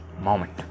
moment